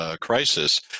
crisis